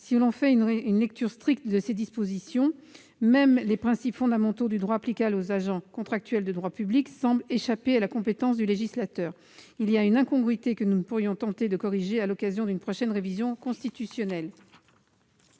si l'on fait une lecture stricte de ces dispositions, même les principes fondamentaux du droit applicable aux agents contractuels de droit public semblent échapper à la compétence du législateur. Il y a là une incongruité que nous pourrions être tentés de corriger à l'occasion d'une prochaine révision constitutionnelle.